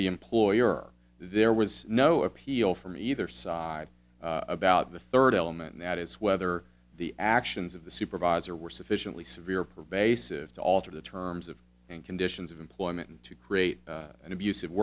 the employer or there was no appeal from either side about the third element that is whether the actions of the supervisor were sufficiently severe pervasive to alter the terms of and conditions of employment to create an abusive